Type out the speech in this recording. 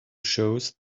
shows